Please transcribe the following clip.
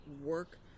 work